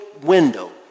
window